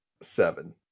Seven